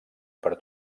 per